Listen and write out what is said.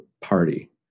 party